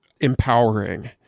empowering